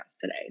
today